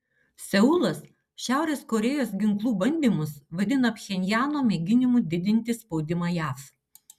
seulas šiaurės korėjos ginklų bandymus vadina pchenjano mėginimu didinti spaudimą jav